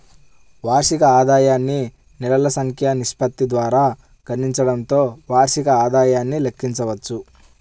వార్షిక ఆదాయాన్ని నెలల సంఖ్య నిష్పత్తి ద్వారా గుణించడంతో వార్షిక ఆదాయాన్ని లెక్కించవచ్చు